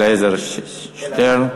תודה רבה, חבר הכנסת אלעזר שטרן.